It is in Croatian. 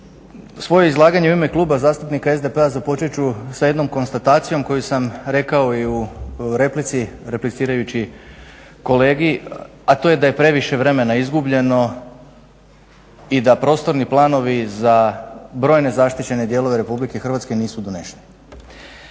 svoje izlaganje u ime Kluba zastupnika SDP-a započet ću sa jednom konstatacijom koju sam rekao i u replici replicirajući kolegi, a to je da je previše vremena izgubljeno i da prostorni planovi za brojne zaštićene dijelove RH nisu donešeni.